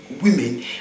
women